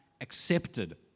accepted